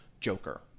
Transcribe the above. Joker